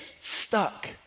stuck